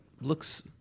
looks